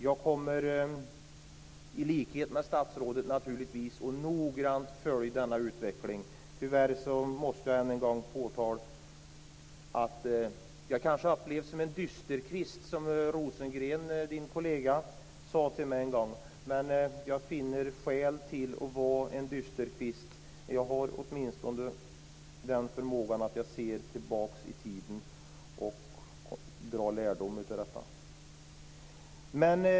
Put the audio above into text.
Jag kommer i likhet med statsrådet naturligtvis att noggrant följa denna utveckling. Tyvärr måste jag ännu en gång påtala att jag kanske upplevs som en dysterkvist som Rosengren, din kollega, sade till mig en gång. Men jag finner skäl till att vara en dysterkvist. Jag har åtminstone den förmågan att jag ser tillbaka i tiden och drar lärdom av detta.